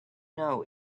know